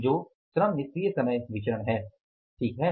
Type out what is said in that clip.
जो श्रम निष्क्रिय समय विचरण है ठीक है